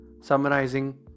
Summarizing